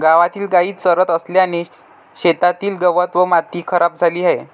गावातील गायी चरत असल्याने शेतातील गवत व माती खराब झाली आहे